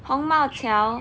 宏茂桥